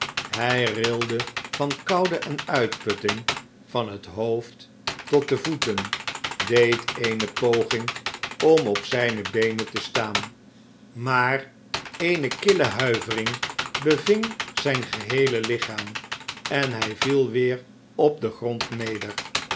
hij rilde van koude en uitputting van het hoofd tot de voeten deed eene poging om op zijne beenen te staan maar eene kille huivering beving zijn geheele lichaam en hij viel weer op den grond neer